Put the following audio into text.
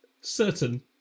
Certain